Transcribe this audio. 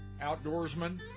outdoorsman